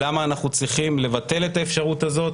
לכך שאנחנו צריכים לבטל את האפשרות הזאת